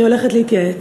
אני הולכת להתייעץ.